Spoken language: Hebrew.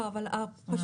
לא אבל פשוט,